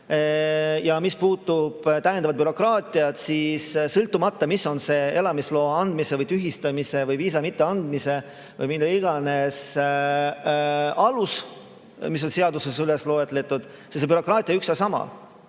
Ja mis puudutab täiendavat bürokraatiat, siis sõltumata sellest, mis on elamisloa andmise või tühistamise või viisa mitteandmise või mille iganes alus, mis on seaduses üles loetud, bürokraatia on üks ja sama.